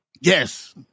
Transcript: Yes